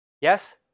Yes